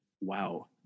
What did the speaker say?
wow